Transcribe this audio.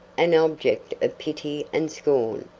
an object of pity and scorn.